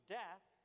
death